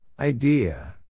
Idea